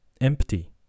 empty